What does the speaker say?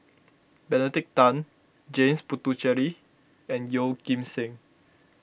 Benedict Tan James Puthucheary and Yeoh Ghim Seng